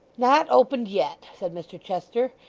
not opened yet said mr chester.